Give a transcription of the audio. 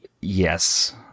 yes